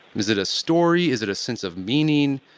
is it a story, is it a sense of meaning,